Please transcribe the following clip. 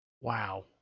Wow